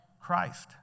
Christ